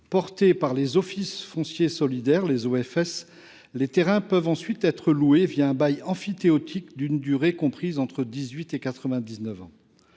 Détenus par les organismes de foncier solidaire (OFS), les terrains peuvent ensuite être loués, un bail emphytéotique d’une durée comprise entre 18 et 99 ans.